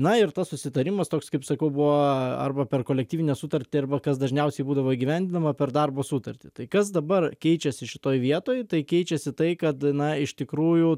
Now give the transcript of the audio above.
na ir tas susitarimas toks kaip sakau buvo arba per kolektyvinę sutartį arba kas dažniausiai būdavo įgyvendinama per darbo sutartį tai kas dabar keičiasi šitoj vietoj tai keičiasi tai kad na iš tikrųjų